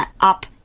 up